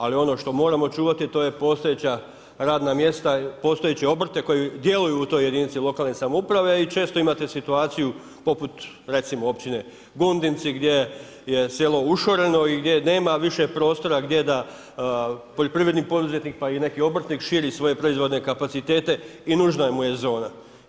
Ali ono što moramo čuvati to je postojeća radna mjesta, postojeće obrte koji djeluju u toj jedinici lokalne samouprave i često imate situaciju poput recimo općine Gundinci gdje je selo ušoreno i gdje nema više prostora gdje da poljoprivredni poduzetnik, pa i neki obrtnik širi svoje proizvodne kapacitete i nužna mu je zona.